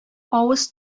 авыз